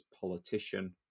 politician